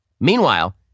Meanwhile